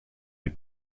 les